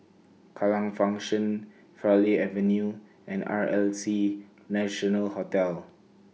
Kallang Function Farleigh Avenue and R L C National Hotel